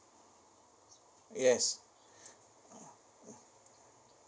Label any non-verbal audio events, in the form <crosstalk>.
yes <noise>